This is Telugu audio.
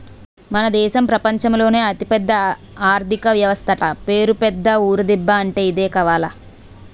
మన దేశం ప్రపంచంలోనే అయిదవ అతిపెద్ద ఆర్థిక వ్యవస్థట పేరు పెద్ద ఊరు దిబ్బ అంటే ఇదే కావాల